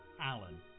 Alan